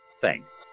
thanks